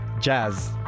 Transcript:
Jazz